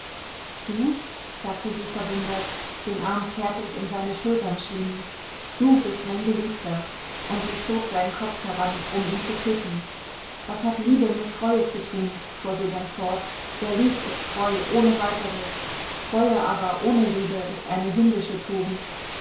du sagte sie verwundert den arm zärtlich um seine schultern schlingend du bist mein geliebter und sie zog seinen kopf heran um ihn zu küssen was hat liebe mit treue zu tun fuhr sie dann fort wer liebt ist treu ohne weiteres treue aber ohne liebe ist eine hündische tugend